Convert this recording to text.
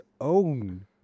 own